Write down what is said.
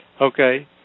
okay